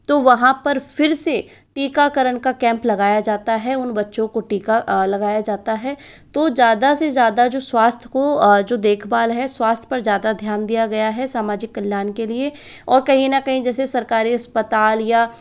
तो वहाँ पर फिर से टीकाकरण का कैम्प लगाया जाता है उन बच्चों को टीका लगाया जाता है तो ज़्यादा से ज़्यादा जो स्वास्थ्य को जो देखभाल है स्वास्थ्य पर ज़्यादा ध्यान दिया गया है सामाजिक कल्याण के लिए और कहीं न कहीं जैसे सरकारी अस्पताल या